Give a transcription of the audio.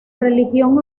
religión